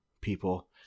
people